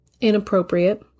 inappropriate